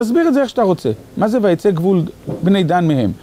‫תסביר את זה איך שאתה רוצה. ‫מה זה ויצא גבול בני דן מהם?